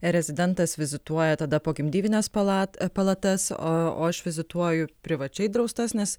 rezidentas vizituoja tada pogimdyvines palat palatas o o aš vizituoju privačiai draustas nes